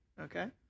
okay